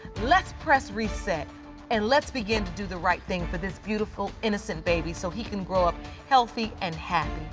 let's press reset and let's begin to do the right thing for this beautiful innocent baby so he can grow up healthy and happy.